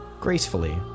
gracefully